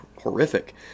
horrific